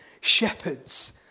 shepherds